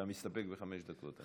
אתה מסתפק בחמש דקות.